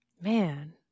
Man